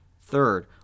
Third